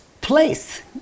place